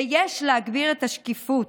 ויש להגביר את השקיפות,